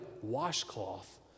washcloth